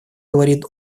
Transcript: говорит